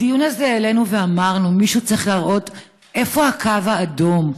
בדיון הזה העלינו ואמרנו שמישהו צריך להראות איפה הקו האדום.